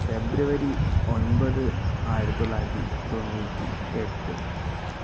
ഫെബ്രുവരി ഒമ്പത് ആയിരത്തി തൊള്ളായിരത്തി തൊണ്ണൂറ്റി എട്ട്